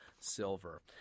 Silver